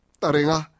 taringa